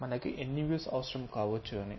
మనకు ఎన్ని వ్యూస్ అవసరం కావచ్చు అని